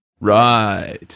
Right